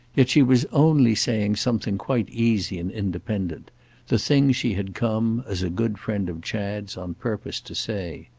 yet she was only saying something quite easy and independent the thing she had come, as a good friend of chad's, on purpose to say.